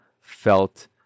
Felt